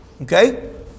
Okay